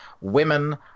women